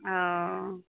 हँ